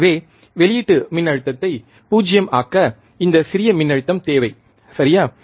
எனவே வெளியீட்டு மின்னழுத்தத்தை பூஜ்யம் ஆக்க இந்தச் சிறிய மின் அழுத்தம் தேவை சரியா